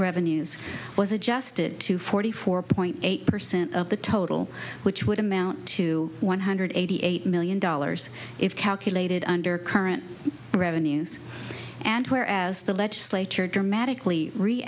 revenues was adjusted to forty four point eight percent of the total which would amount to one hundred eighty eight million dollars if calculated under current revenues and where as the legislature dramatically re